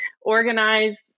organize